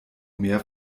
mehr